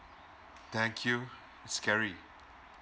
thank you scary